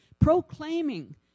Proclaiming